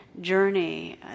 journey